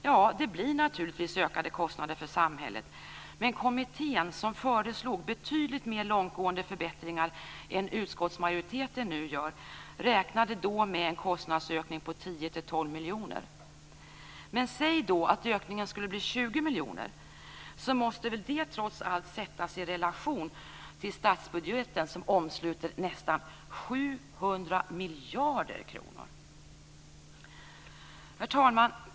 Ja, det blir naturligtvis ökade kostnader för samhället. Men kommittén, som föreslog betydligt mer långtgående förbättringar än vad utskottsmajoriteten nu gör, räknade då med en kostnadsökning på 10-12 miljoner. Men säg då att ökningen skulle bli 20 miljoner, så måste väl det trots allt sättas i relation till statsbudgeten som omsluter nästan 700 miljarder kronor. Herr talman!